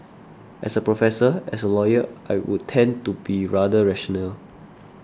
as a professor as a lawyer I would tend to be rather rational